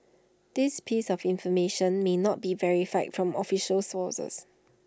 this piece of information may not be verified from official sources